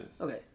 Okay